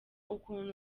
ukuntu